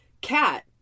cat